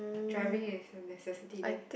driving is a necessity there